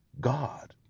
God